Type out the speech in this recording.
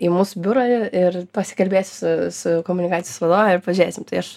į mūsų biurą ir pasikalbėsi su komunikacijos vadove ir pažėsim tai aš